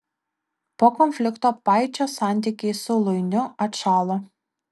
po konflikto paičio santykiai su luiniu atšalo